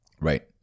Right